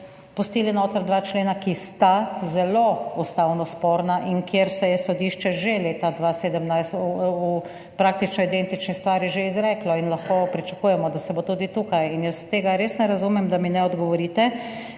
pustili notri dva člena, ki sta zelo ustavno sporna in kjer se je sodišče že leta 2017 v praktično identični stvari že izreklo in lahko pričakujemo, da se bo tudi tukaj. Jaz tega res ne razumem, da mi ne odgovorite.